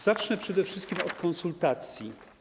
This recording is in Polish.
Zacznę przede wszystkim od konsultacji.